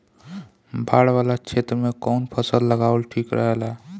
बाढ़ वाला क्षेत्र में कउन फसल लगावल ठिक रहेला?